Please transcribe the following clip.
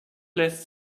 lässt